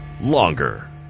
longer